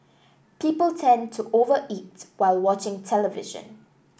people tend to over eat while watching television